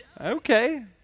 Okay